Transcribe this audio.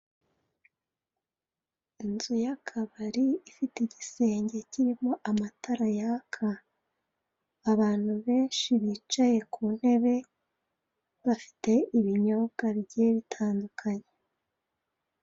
Inzu y'akabari ifite igisenge kirimo amatara yaka, abantu benshi bicaye ku ntebe, bafite ibinyobwa bigiye bitandukanye.